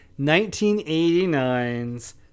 1989's